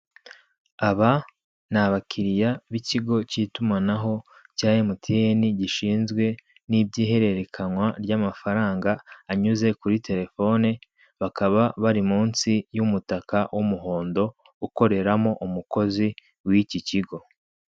Aba ni abakiriya b'ikigo cy'itumanaho cya MTN gishinzwe n'iby'ihererekanwa ry'amafaranga anyuze kuri telefoni, bakaba bari munsi y'umutaka w'umuhondo ukoreramo umukozi w'iki kigo.